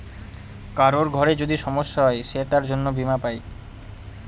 কারোর ঘরে যদি সমস্যা হয় সে তার জন্য বীমা পাই